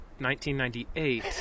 1998